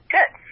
Good